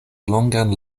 longan